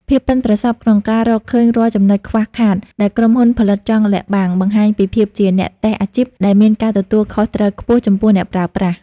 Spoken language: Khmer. ភាពប៉ិនប្រសប់ក្នុងការរកឃើញរាល់ចំណុចខ្វះខាតដែលក្រុមហ៊ុនផលិតចង់លាក់បាំង បង្ហាញពីភាពជាអ្នកតេស្តអាជីពដែលមានការទទួលខុសត្រូវខ្ពស់ចំពោះអ្នកប្រើប្រាស់។